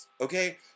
Okay